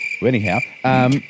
Anyhow